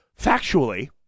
factually